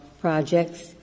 projects